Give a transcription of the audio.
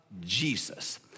Jesus